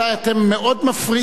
אתם מאוד מפריעים.